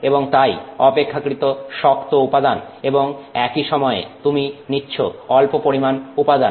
এবং তাই অপেক্ষাকৃত শক্ত উপাদান এবং একই সময়ে তুমি নিচ্ছ অল্প পরিমান উপাদান